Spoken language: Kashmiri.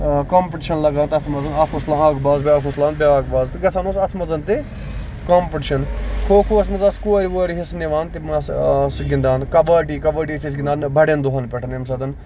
کومپِٹشن لگان تَتھ منٛزن اکھ اوس لاگان اکھ باز بیاکھ اوس لگاوان بیاکھ باز گژھان اوس اَتھ منٛز تہِ کَمپِٹِشن کھوکھوہَس منٛز آسہٕ کورِ وورِ حِصہٕ نِوان تِم آسہٕ گِندان کَبڈی کَبڈی چھِ أسۍ گِندان بَڑٮ۪ن دۄہن پٮ۪ٹھ ییٚمہِ ساتہٕ